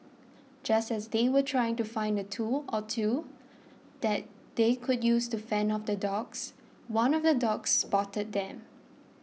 just as they were trying to find a tool or two that they could use to fend off the dogs one of the dogs spotted them